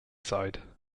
side